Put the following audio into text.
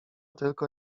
tylko